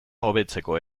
hobetzeko